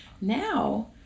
now